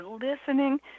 listening